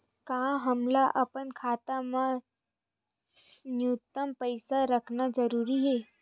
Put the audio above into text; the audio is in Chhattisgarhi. का हमला अपन खाता मा न्यूनतम पईसा रखना जरूरी हे?